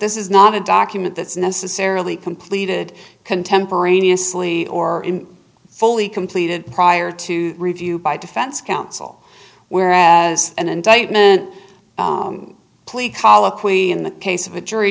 this is not a document that's necessarily completed contemporaneously or in fully completed prior to review by defense counsel whereas an indictment plea colloquy in the case of a jury